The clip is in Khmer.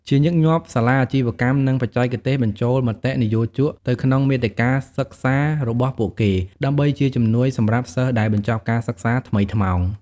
ជាញឹកញាប់ សាលាអាជីវកម្ម និងបច្ចេកទេសបញ្ចូលមតិនិយោជកទៅក្នុងមាតិកាសិក្សារបស់ពួកគេ ដើម្បីជាជំនួយសម្រាប់សិស្សដែលបញ្ចប់ការសិក្សាថ្មីថ្មោង។។